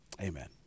amen